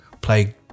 play